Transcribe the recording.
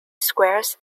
squares